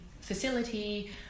facility